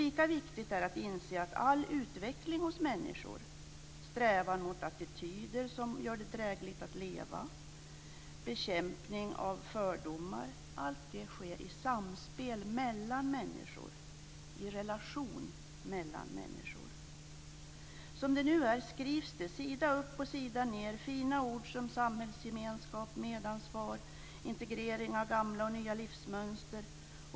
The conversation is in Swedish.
Lika viktigt är att inse att all utveckling hos människor, strävan mot attityder som gör det drägligt att leva, bekämpning av fördomar, allt det sker i samspel mellan människor, i relationer mellan människor. Som det nu är skrivs det sida upp och sida ned fina ord som samhällsgemenskap, medansvar och integrering av gamla och nya livsmönster.